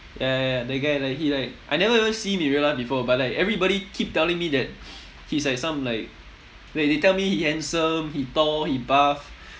ya ya ya that guy like he like I never even see him in real life before but like everybody keep telling me that he's like some like like they tell me he handsome he tall he buffed